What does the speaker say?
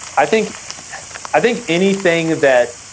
i think i think anything that